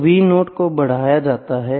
तो Vo को बढ़ाया जाता है